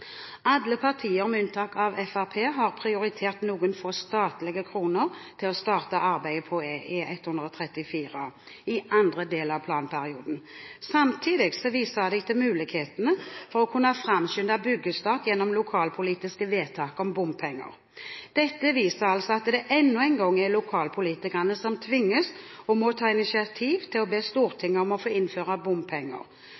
Alle partier med unntak av Fremskrittspartiet har prioritert noen få statlige kroner til å starte arbeidet på E134 i andre del av planperioden. Samtidig viser de til mulighetene for å kunne framskynde byggestart gjennom lokalpolitiske vedtak om bompenger. Dette viser enda en gang at lokalpolitikerne tvinges til å ta initiativ til å be